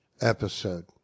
episode